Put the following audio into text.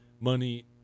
money